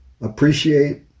appreciate